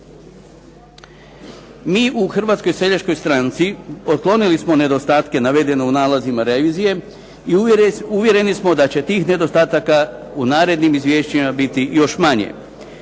Mi u Hrvatskoj seljačkoj stranci otklonili smo nedostatke navedene u nalazima revizije i uvjereni smo da će tih nedostataka u narednim izvješćima biti još manje.